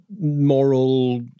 moral